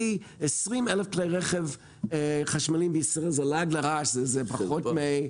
אסור לנו להציג את הרכב חשמלי כרכב לא מזהם כי זה לא נכון.